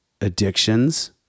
addictions